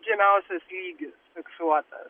žemiausias lygis fiksuotas